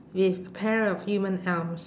with pair of human arms